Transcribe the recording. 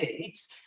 foods